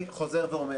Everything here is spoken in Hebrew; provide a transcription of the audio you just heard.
אני חוזר ואומר,